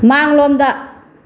ꯃꯥꯡꯂꯣꯝꯗ